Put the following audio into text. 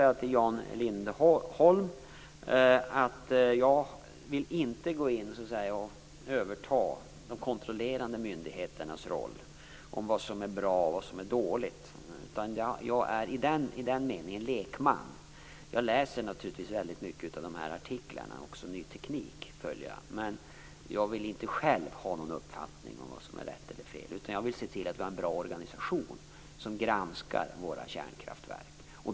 Jan Lindholm, jag vill inte gå in och så att säga överta de kontrollerande myndigheternas roll i fråga om vad som är bra och vad som är dåligt. I den meningen är jag lekman. Naturligtvis läser jag många av de artiklar som finns på området. Jag följer också Ny Teknik. Jag vill dock inte själv ha någon uppfattning om vad som är rätt eller fel, utan jag vill se till att vi har en bra organisation som granskar våra kärnkraftverk.